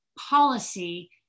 policy